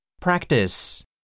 Practice